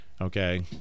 okay